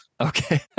Okay